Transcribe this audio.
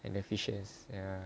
in the future ya